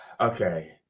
Okay